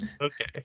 okay